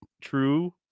true